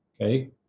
okay